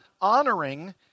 honoring